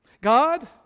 God